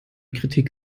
kritik